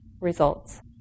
results